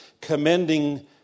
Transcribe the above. commending